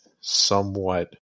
somewhat